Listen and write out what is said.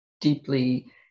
deeply